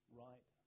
right